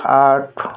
आठ